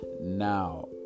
Now